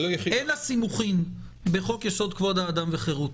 אין לה סימוכין בחוק-יסוד: כבוד האדם וחרותו.